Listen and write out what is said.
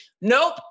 Nope